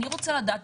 אני רוצה לדעת,